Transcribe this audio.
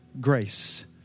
grace